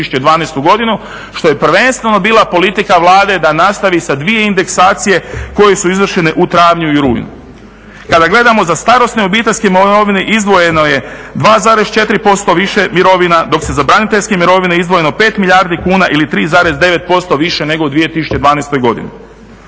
što je prvenstveno bila politika Vlade da nastavi sa dvije indeksacije koje su izvršene u travnju i rujnu. Kada gledamo za starosne obiteljske mirovine izdvojeno je 2,4% više mirovina dok je za braniteljske mirovine izdvojeno 5 milijardi kuna ili 3,9% više nego u 2012. godini.